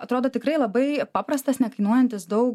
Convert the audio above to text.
atrodo tikrai labai paprastas nekainuojantis daug